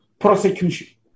prosecution